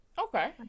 Okay